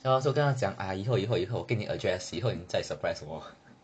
then 我就跟他讲 ah 以后以后以后给你 address 以后你再来 surprise 我